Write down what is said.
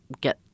get